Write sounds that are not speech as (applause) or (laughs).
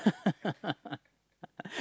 (laughs)